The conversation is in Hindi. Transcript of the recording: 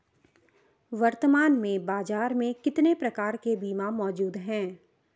वर्तमान में बाज़ार में कितने प्रकार के बीमा मौजूद हैं?